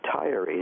retirees